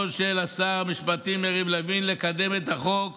של שר המשפטים יריב לוין לקדם את החוק